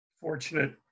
fortunate